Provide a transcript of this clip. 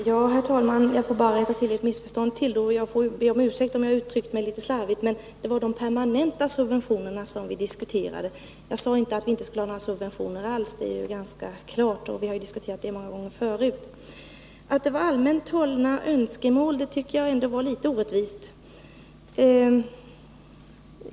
Herr talman! Jag vill rätta till ytterligare ett missförstånd — jag ber om ursäkt om jag uttryckt mig litet slarvigt. Det var alltså de permanenta subventionerna som vi diskuterade. Jag sade inte att vi inte skulle ha några subventioner alls — det är ganska klart att vi skall ha sådana, den frågan har vi diskuterat många gånger tidigare. Jag tycker att det var litet orattvist av industriministern att säga att det var fråga om allmänt hållna önskemål.